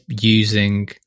using